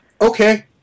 okay